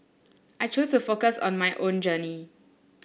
I choose to focus on my own journey